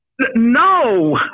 No